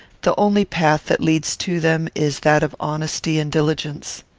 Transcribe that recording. the only path that leads to them is that of honesty and diligence.